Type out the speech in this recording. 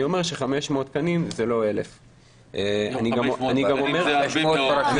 אני אומר ש-500 תקנים זה לא 1,000. 500 תקנים זה הרבה מאוד.